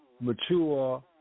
mature